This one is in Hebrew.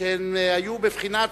שהן היו בבחינת,